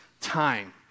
time